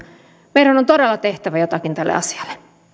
meidän on todella tehtävä jotakin tälle asialle